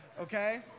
Okay